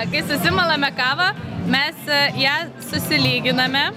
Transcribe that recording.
kai susimalame kavą mes ją susilyginame